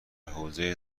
حوزه